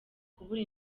kubura